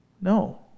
No